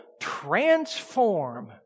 transform